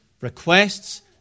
requests